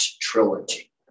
trilogy